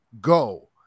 go